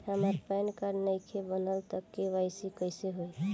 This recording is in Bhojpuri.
हमार पैन कार्ड नईखे बनल त के.वाइ.सी कइसे होई?